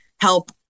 help